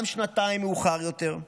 גם שנתיים מאוחר יותר,